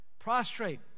prostrate